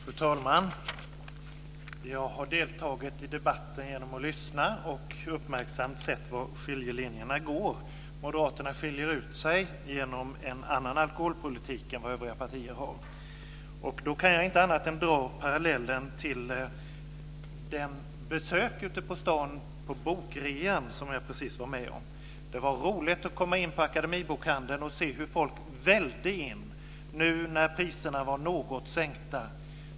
Fru talman! Jag har deltagit i debatten genom att lyssna och uppmärksamt sett var skiljelinjerna går. Moderaterna skiljer ut sig genom en annan alkoholpolitik än vad övriga partier har. Då kan jag inte annat än att dra parallellen till det besök ute på stan på bokrean som jag precis var med om. Det var roligt att komma in på Akademibokhandeln och se hur folk vällde in nu när priserna var något sänkta.